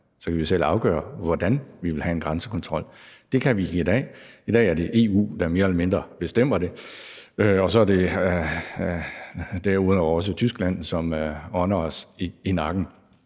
kan vi selv afgøre, hvordan vi vil have en grænsekontrol. Det kan vi ikke i dag. I dag er det EU, der mere eller mindre bestemmer det, og så er det derudover også Tyskland, som ånder os i nakken.